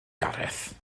gareth